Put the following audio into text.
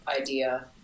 idea